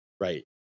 Right